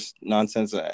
nonsense